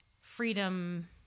freedom